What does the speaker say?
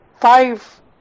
five